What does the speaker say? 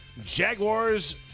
jaguars